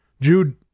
Jude